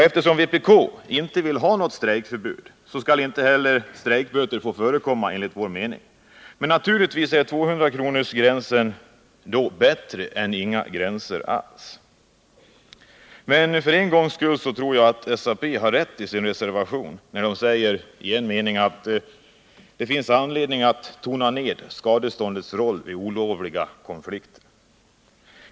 Eftersom vpk inte vill ha något strejkförbud skall, enligt vår mening, strejkböter inte heller få förekomma. Naturligtvis är 200-kronorsgränsen bättre än inga gränser alls. För en gång skull tror jag att SAP har rätt när det i reservationen säger att det ”finns anledning att tona ned skadeståndets roll vid olovliga konflikter”.